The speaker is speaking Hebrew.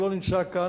שלא נמצא כאן,